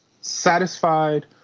satisfied